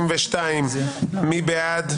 מי בעד?